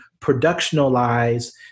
productionalize